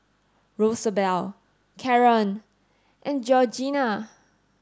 Rosabelle Caron and Georgianna